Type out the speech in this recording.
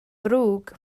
ddrwg